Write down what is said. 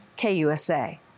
KUSA